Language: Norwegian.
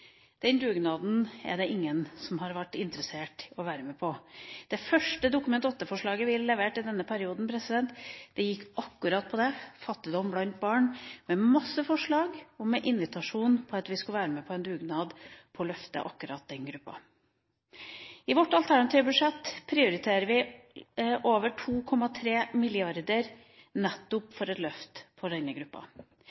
Den dugnaden er det ingen som har vært interessert i å være med på. Det første Dokument 8-forslaget vi leverte i denne perioden, gikk akkurat på det – fattigdom blant barn – med masse forslag og med invitasjon til å være med på en dugnad for å løfte akkurat den gruppa. I vårt alternative budsjett prioriterer vi over 2,3 mrd. kr nettopp